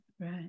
Right